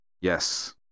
Yes